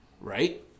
Right